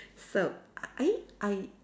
so uh I I